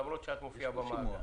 למרות שאת מופיעה במאגר.